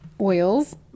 oils